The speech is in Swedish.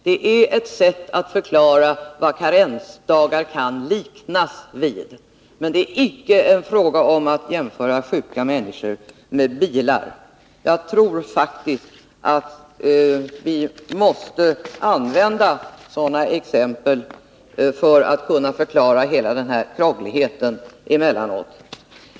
Det var ett sätt att förklara vad karensdagar kan liknas vid. Men det är icke fråga om att jämföra sjuka människor med bilar. Jag tror faktiskt att vi måste använda sådana exempel emellanåt för att kunna förklara all denna krånglighet.